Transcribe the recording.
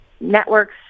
networks